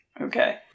Okay